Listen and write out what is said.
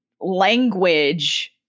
language